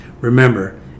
Remember